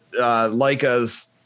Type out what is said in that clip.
Leica's